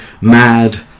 mad